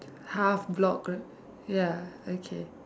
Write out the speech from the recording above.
half block ya okay